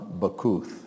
Bakuth